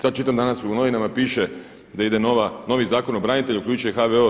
Sada čitam danas u novinama, piše da ide novi Zakon o braniteljima, uključuje HVO.